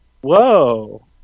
Whoa